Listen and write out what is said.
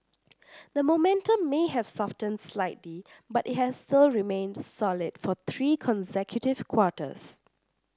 the momentum may have softened slightly but it has still remained solid for three consecutive quarters